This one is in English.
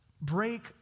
break